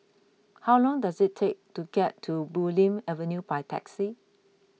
how long does it take to get to Bulim Avenue by taxi